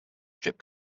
strip